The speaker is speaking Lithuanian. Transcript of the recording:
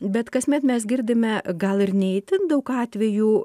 bet kasmet mes girdime gal ir ne itin daug atvejų